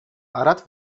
arat